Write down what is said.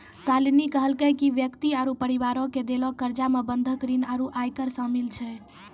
शालिनी कहलकै कि व्यक्ति आरु परिवारो के देलो कर्जा मे बंधक ऋण आरु आयकर शामिल छै